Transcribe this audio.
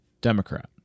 Democrat